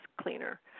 cleaner